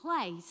place